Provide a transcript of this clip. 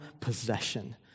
possession